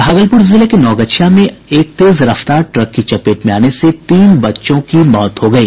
भागलपुर जिले के नवगछिया में एक तेज रफ्तार ट्रक की चपेट में आने से तीन बच्चों की मौत हो गयी